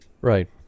Right